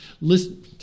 Listen